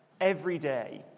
everyday